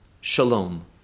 Shalom